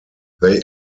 they